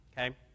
Okay